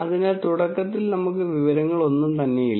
അതിനാൽ തുടക്കത്തിൽ നമുക്ക് വിവരങ്ങൾ ഒന്നും തന്നെയില്ല